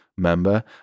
Member